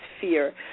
fear